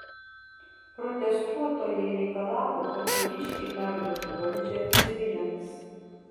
protestuotojai reikalavo kad kariškiai perduotų valdžią civiliams